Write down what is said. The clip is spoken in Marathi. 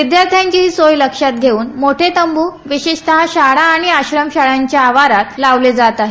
विद्यार्थ्यांचीही सोय लक्षात घेऊन मोठे तंबू विशेषत शाळा आणि आश्रमशाळांच्या आवारात लावले जात आहेत